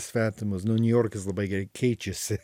svetimas nu niujorkas labai greit keičiasi